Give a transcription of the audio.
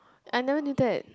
I never knew that